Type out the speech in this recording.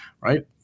right